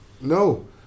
No